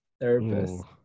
Therapist